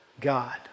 God